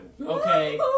Okay